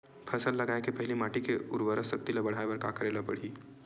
फसल लगाय के पहिली माटी के उरवरा शक्ति ल बढ़ाय बर का करेला पढ़ही?